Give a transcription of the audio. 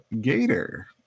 Gator